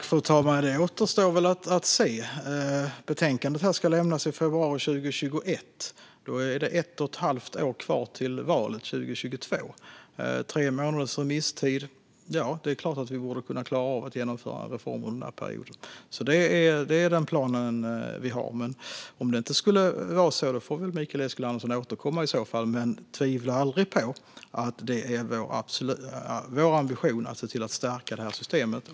Fru talman! Detta återstår att se. Betänkandet ska lämnas i februari 2021. Då är det ett och ett halvt år kvar till valet 2022. Med tre månaders remisstid är det klart att vi borde klara av att genomföra reformen under den perioden. Det är den plan vi har. Om det inte skulle bli så får väl Mikael Eskilandersson återkomma, men tvivla aldrig på att det är vår ambition att stärka systemet!